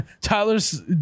Tyler's